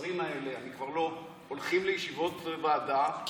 השרים האלה הולכים לישיבות ועדה,